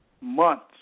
months